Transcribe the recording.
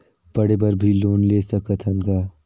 पढ़े बर भी लोन ले सकत हन का?